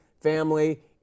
family